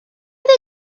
the